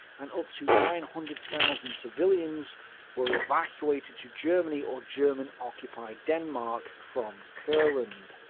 and up to nine hundred thousand civilians were evacuated to germany or german-occupied denmark from courland.